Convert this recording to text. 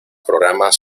programas